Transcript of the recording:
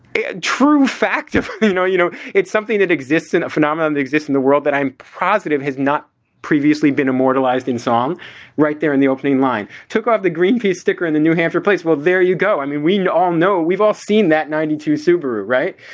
a true fact. if you know you know, it's something that exists in a phenomenon that exists in the world that i'm positive has not previously been immortalised in song right there in the opening line, took off the green face sticker in the new hampshire plates well, there you go. i mean, we and all know we've all seen that ninety to subaru, right.